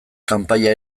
kanpaia